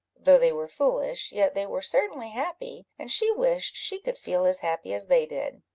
though they were foolish, yet they were certainly happy, and she wished she could feel as happy as they did.